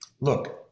look